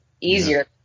easier